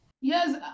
Yes